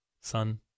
son